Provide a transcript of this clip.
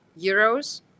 euros